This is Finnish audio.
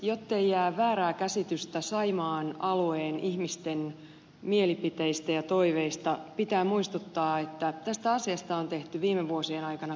jottei jää väärää käsitystä saimaan alueen ihmisten mielipiteistä ja toiveista pitää muistuttaa että tästä asiasta on tehty viime vuosien aikana kaksi kyselyä